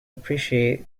appreciate